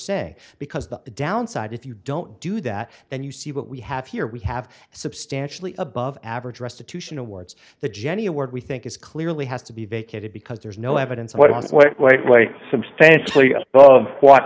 saying because the downside if you don't do that and you see what we have here we have substantially above average restitution towards the genny award we think is clearly has to be vacated because there's no evidence one way substantially above what